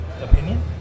opinion